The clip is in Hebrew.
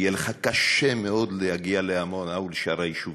יהיה לך קשה מאוד להגיע לעמונה ולשאר היישובים.